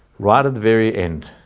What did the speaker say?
right at the very end,